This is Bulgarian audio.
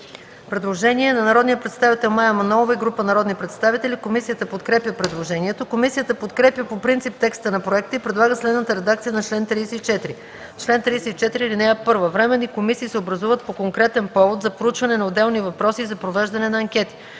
предложение на народния представител Мая Манолова и група народни представители. Комисията подкрепя предложението. Комисията подкрепя по принцип текста на проекта и предлага следната редакция на чл. 34: „Чл. 34. (1) Временни комисии се образуват по конкретен повод, за проучване на отделни въпроси и за провеждане на анкети.